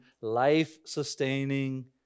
life-sustaining